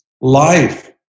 life